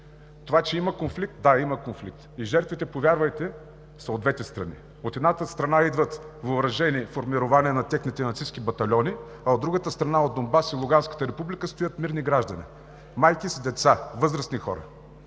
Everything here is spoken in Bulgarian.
Това, че има конфликт, да, има конфликт. И жертвите, повярвайте, са от двете страни. От едната страна идват въоръжени формирования на техните нацистки батальони, а от другата страна – от Донбас и Луганската република, стоят мирни граждани – майки с деца, възрастни хора.